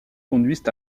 conduisent